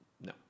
no